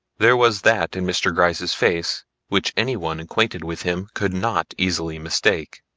there was that in mr. gryce's face which anyone acquainted with him could not easily mistake.